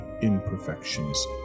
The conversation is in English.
imperfections